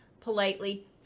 politely